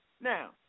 Now